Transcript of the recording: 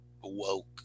woke